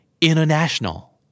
International